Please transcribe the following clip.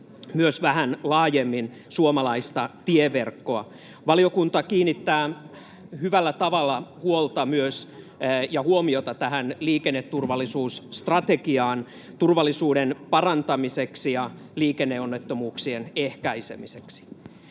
myös vähän laajemmin suomalaista tieverkkoa. Valiokunta myös kiinnittää hyvällä tavalla huolta ja huomiota liikenneturvallisuusstrategiaan turvallisuuden parantamiseksi ja liikenneonnettomuuksien ehkäisemiseksi.